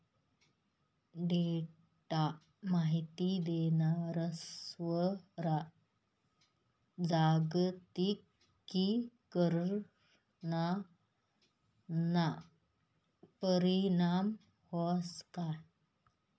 Data माहिती देणारस्वर जागतिकीकरणना परीणाम व्हस का?